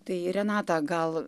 tai renatą gal